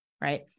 Right